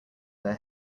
their